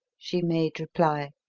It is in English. she made reply.